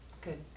Good